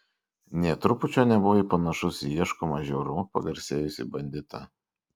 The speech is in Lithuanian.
nė trupučio nebuvai panašus į ieškomą žiaurumu pagarsėjusį banditą